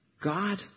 God